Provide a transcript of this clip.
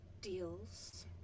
deals